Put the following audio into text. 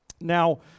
Now